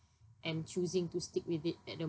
and choosing to stick with it at the